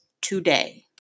today